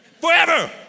forever